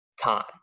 time